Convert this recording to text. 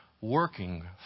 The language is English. working